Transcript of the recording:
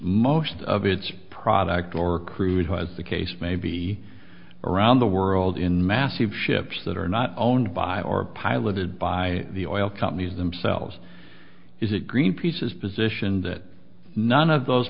most of its product or crude was the case may be around the world in massive ships that are not owned by our piloted by the oil companies themselves is it greenpeace's position that none of those